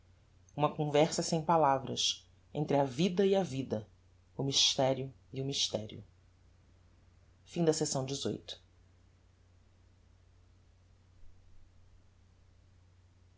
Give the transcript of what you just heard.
uma conversa sem palavras entre a vida e a vida o mysterio e o mysterio capitulo xci